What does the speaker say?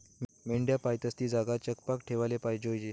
मेंढ्या पायतस ती जागा चकपाक ठेवाले जोयजे